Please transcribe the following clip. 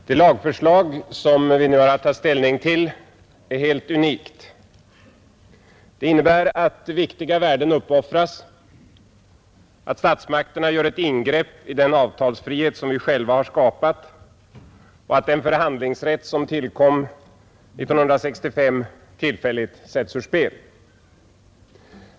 Herr talman! Det lagförslag som vi nu har att ta ställning till är helt unikt. Det innebär att viktiga värden uppoffras, att statsmakterna gör ett ingrepp i den avtalsfrihet som vi själva har skapat och att den förhandlingsrätt som tillkom 1965 tillfälligt sätts ur spel.